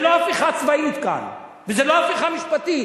זה לא הפיכה צבאית כאן וזה לא הפיכה משפטית.